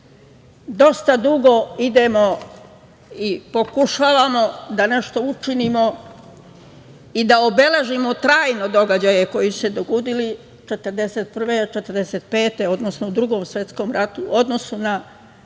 Dosta dugo idemo i pokušavamo da nešto učinimo i da obeležimo trajno događaje koji su se dogodili od 1941. do 1945. godine, odnosno u Drugom svetskom ratu u odnosu na